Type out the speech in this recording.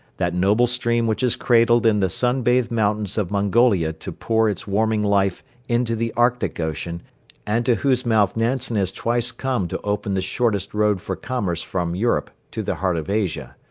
that noble stream which is cradled in the sun-bathed mountains of mongolia to pour its warming life into the arctic ocean and to whose mouth nansen has twice come to open the shortest road for commerce from europe to the heart of asia.